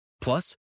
Plus